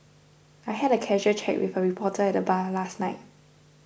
I had a casual chat with a reporter at the bar last night